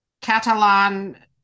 Catalan